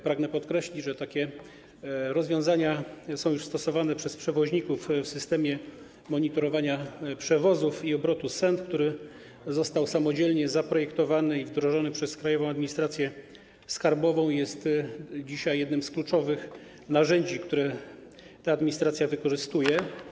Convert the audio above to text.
Pragnę podkreślić, że takie rozwiązania są już stosowane przez przewoźników w systemie monitorowania przewozu i obrotu SENT, który został samodzielnie zaprojektowany i wdrożony przez Krajową Administrację Skarbową i jest dzisiaj jednym z kluczowych narzędzi, które ta administracja wykorzystuje.